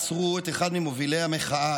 עצרו את אחד ממובילי המחאה,